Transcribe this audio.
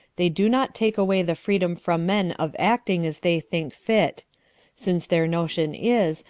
they do not take away the freedom from men of acting as they think fit since their notion is,